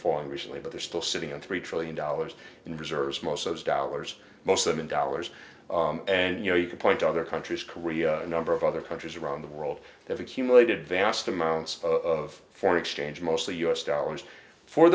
falling recently but they're still sitting on three trillion dollars in reserves most of those dollars most of them in dollars and you know you can point to other countries korea a number of other countries around the world they've accumulated vast amounts of foreign exchange mostly u s dollars for